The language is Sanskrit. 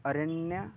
अरण्यं